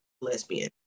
lesbian